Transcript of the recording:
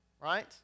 Right